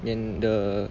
and the